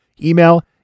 Email